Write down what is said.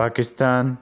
Pakistan